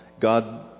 God